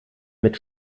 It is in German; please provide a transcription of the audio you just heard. mit